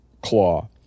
claw